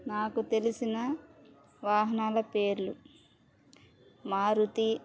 నాకు తెలిసిన వాహనాల పేర్లు మారుతీ